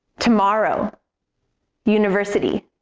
tomorrow university